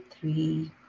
three